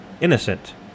innocent